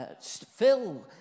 Phil